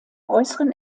äußeren